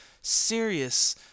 serious